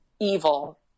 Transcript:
evil